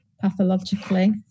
pathologically